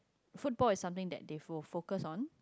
football is something that they fo~ focus on